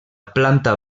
planta